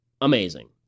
amazing